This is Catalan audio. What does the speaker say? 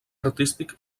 artístic